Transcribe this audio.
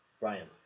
Brian